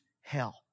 hell